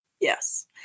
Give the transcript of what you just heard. yes